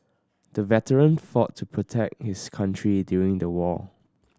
the veteran fought to protect his country during the war